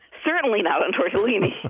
certainly not on tortellini.